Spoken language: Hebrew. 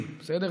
2020, בסדר?